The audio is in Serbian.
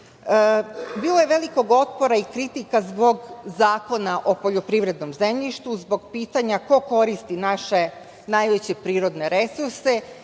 je velikog otpora i kritika zbog Zakona o poljoprivrednom zemljištu, zbog pitanja ko koristi naše najveće prirodne resurse